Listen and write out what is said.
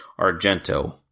Argento